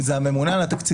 אם זה הממונה על התקציבים,